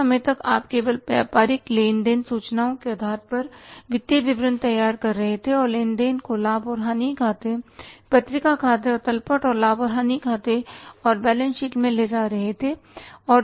उस समय तक आप केवल व्यापारिक लेन देन सूचनाओं के आधार पर वित्तीय विवरण तैयार कर रहे थे और लेन देन को लाभ और हानि खाते पत्रिका खाते और तलपट और लाभ और हानि खाते और बैलेंस शीट मे ले जा रहे थे